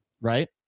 right